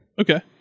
Okay